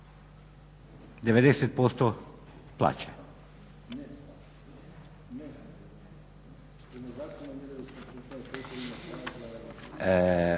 90% plaće.